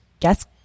Guess